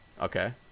Okay